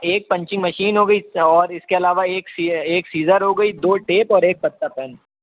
ایک punching machine ہو گئی اور اِس کے علاوہ ایک سی ایک سیزر ہو گئی دو ٹیپ اور ایک پتّہ پین